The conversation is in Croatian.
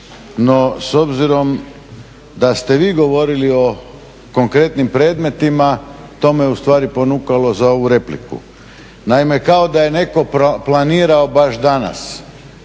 no s obzirom da ste vi govorili o konkretnim predmetima to me ustvari ponukalo za ovu repliku. Naime, kao da je netko planirao baš danas